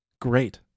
great